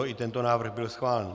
I tento návrh byl schválen.